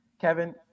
kevin